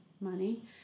money